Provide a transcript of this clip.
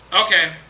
Okay